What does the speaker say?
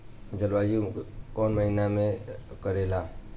जलवायु कौन महीना में करेला?